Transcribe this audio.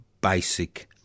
basic